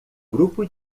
grupo